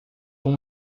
com